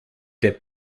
der